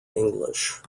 english